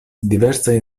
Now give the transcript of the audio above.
diversajn